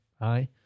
aye